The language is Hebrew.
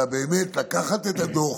אלא באמת לקחת את הדוח